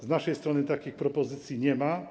Z naszej strony takich propozycji nie ma.